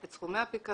את סכומי הפיקדון,